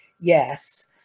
yes